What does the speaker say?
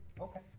Okay